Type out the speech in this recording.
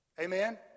amen